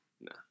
No